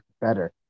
better